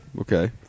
Okay